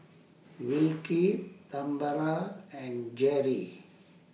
Wilkie Tambra and Jeri